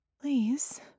Please